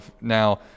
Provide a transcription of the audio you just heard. now